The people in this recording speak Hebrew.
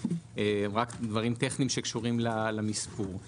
רק דברים טכניים שקשורים למספור.